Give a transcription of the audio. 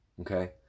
Okay